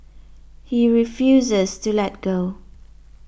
he refuses to let go